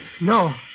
No